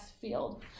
field